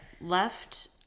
left